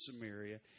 Samaria